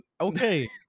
okay